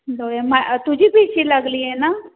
होय मा तुझी भिशी लागली आहे ना